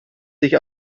sich